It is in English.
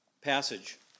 passage